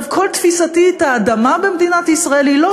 כל תפיסתי את האדמה במדינת ישראל היא לא